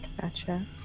gotcha